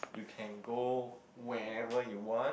you can go wherever you want